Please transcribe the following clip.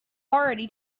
already